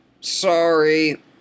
sorry